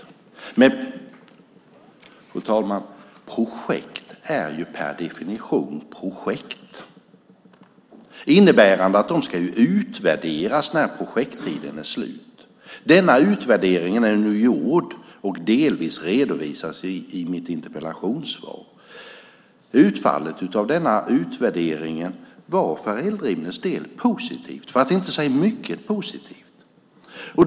Men, fru talman, projekt är per definition projekt. Det innebär att de ska utvärderas när projekttiden är slut. Utvärderingen är nu gjord och redovisas delvis i mitt interpellationssvar. Utfallet av utvärderingen var för Eldrimners del positivt, för att inte säga mycket positivt.